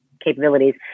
capabilities